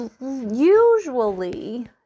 Usually